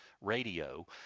radio